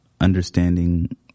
understanding